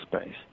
space